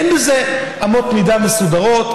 אין בזה אמות מידה מסודרות.